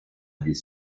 des